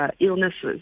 illnesses